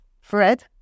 Fred